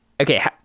Okay